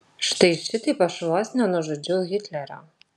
štai šitaip aš vos nenužudžiau hitlerio